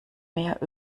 mehr